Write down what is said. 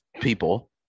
people